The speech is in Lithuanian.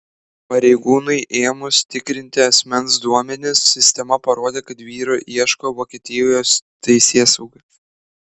pareigūnui ėmus tikrinti asmens duomenis sistema parodė kad vyro ieško vokietijos teisėsauga